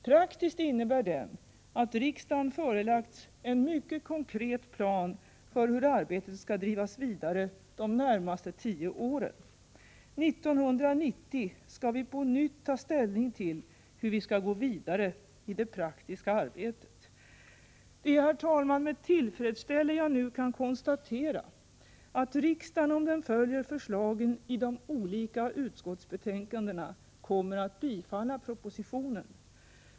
Praktiskt innebär den att riksdagen förelagts en mycket konkret plan för hur arbetet skall drivas vidare de närmaste tio åren. 1990 skall vi på nytt ta ställning till hur vi skall gå vidare i det praktiska arbetet. Det är, herr talman, med tillfredsställelse jag nu kan konstatera att riksdagen, om den följer förslagen i de olika utskottsbetänkandena, kommer att bifalla propositionen.